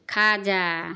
کھاجا